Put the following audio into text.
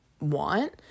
want